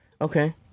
Okay